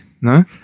no